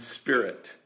spirit